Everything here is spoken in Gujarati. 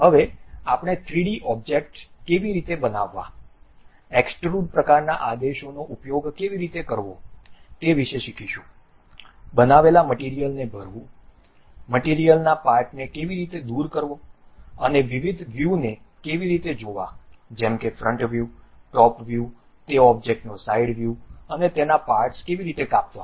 હવે આપણે 3D ઓબ્જેક્ટ કેવી રીતે બનાવવા એક્સ્ટ્રુડ પ્રકારના આદેશોનો ઉપયોગ કેવી રીતે કરવો તે વિશે શીખીશું બનાવેલા મટીરીયલ ને ભરવું મટીરીયલના પાર્ટને કેવી રીતે દૂર કરવો અને વિવિધ વ્યૂ ને કેવી રીતે જોવા જેમકે ફ્રન્ટ વ્યૂ ટોપ વ્યૂતે ઓબ્જેક્ટનો સાઇડ વ્યૂ અને તેના પાર્ટ્સ કેવી રીતે કાપવા